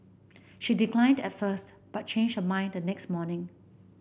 she declined at first but changed her mind the next morning